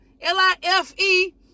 L-I-F-E